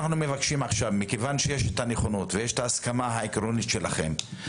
מכיוון שיש את הנכונות ואת ההסכמה העקרונית שלכם,